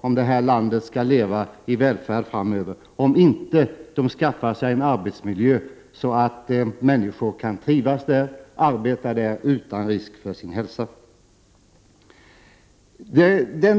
om vårt land skall kunna leva i välfärd framöver, om den inte skapar en arbetsmiljö där människor kan trivas och arbeta utan risk för sin hälsa.